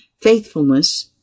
faithfulness